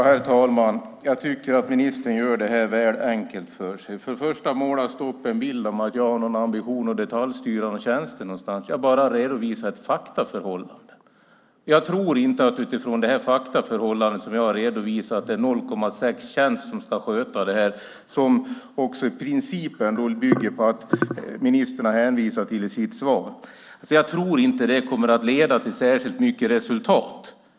Herr talman! Jag tycker att ministern gör det väl enkelt för sig. Först och främst målas det upp en bild av att jag har en ambition att detaljstyra tjänster. Men jag redovisar bara ett faktaförhållande. Jag tror inte att det faktaförhållande som jag har redovisat - 0,6 tjänst, en princip som ministern hänvisade till i sitt svar - kommer att leda till särskilt mycket resultat.